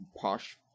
posh